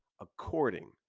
according